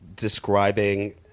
Describing